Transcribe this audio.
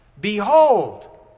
Behold